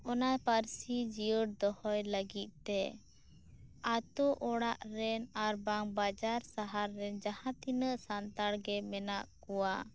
ᱚᱱᱟ ᱯᱟᱹᱨᱥᱤ ᱡᱤᱭᱟᱹᱲ ᱫᱚᱦᱚᱭ ᱞᱟᱹᱜᱤᱫ ᱛᱮ ᱟᱛᱳ ᱚᱲᱟᱜ ᱨᱮᱱ ᱟᱨᱵᱟᱝ ᱵᱟᱡᱟᱨ ᱥᱟᱦᱟᱨ ᱨᱮᱱ ᱡᱟᱦᱟᱸ ᱛᱤᱱᱟᱹᱜ ᱥᱟᱱᱛᱟᱲ ᱜᱮ ᱢᱮᱱᱟᱜ ᱠᱚᱣᱟ